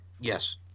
yes